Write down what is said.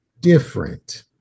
different